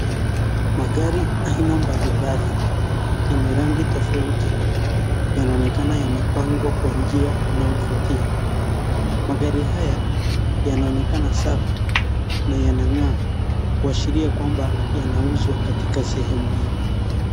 Magari aina mbalimbali yenye rangi tofauti yanaonekana yamepangwa kwa njia unaovutia. Magari haya yanaonekana safi na yanang'aa kuashiria kwamba yanauzwa katika sehemu hii.